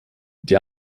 die